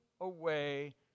away